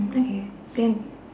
okay then